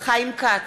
חיים כץ,